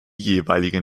jeweiligen